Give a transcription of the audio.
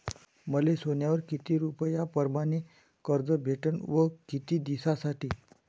मले सोन्यावर किती रुपया परमाने कर्ज भेटन व किती दिसासाठी?